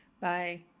Bye